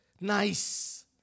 Nice